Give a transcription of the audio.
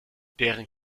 deren